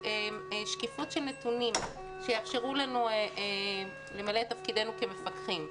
שקיפות של נתונים שיאפשרו לנו למלא את תפקדנו כמפקחים,